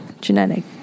genetic